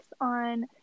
on